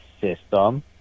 system